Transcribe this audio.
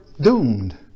doomed